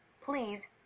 Please